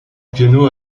piano